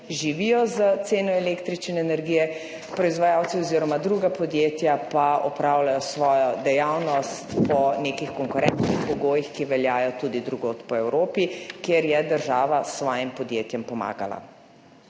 živijo s ceno električne energije, proizvajalci oziroma druga podjetja pa opravljajo svojo dejavnost po nekih konkurenčnih pogojih, ki veljajo tudi drugod po Evropi, kjer je država s svojim podjetjem pomagala.